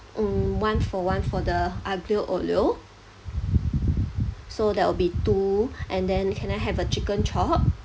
mm one-for-one for the aglio olio so that will be two and then can I have a chicken chop